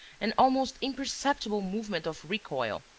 an almost imperceptible movement of recoil,